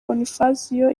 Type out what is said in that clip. bonifazio